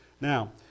Now